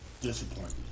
Disappointment